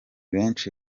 benshi